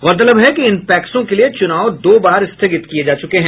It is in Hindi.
गौरतलब है कि इन पैक्सों के लिए चुनाव दो बार स्थगित किये जा चुके हैं